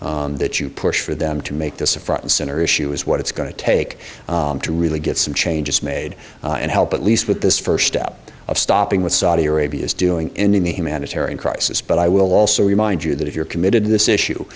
congress that you push for them to make this a front and center issue is what it's going to take to really get some changes made and help at least with this first step of stopping with saudi arabia's doing in the humanitarian crisis but i will also remind you that if you're committed to this issue